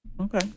Okay